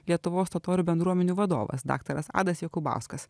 lietuvos totorių bendruomenių vadovas daktaras adas jakubauskas